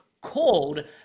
called